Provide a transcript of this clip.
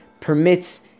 permits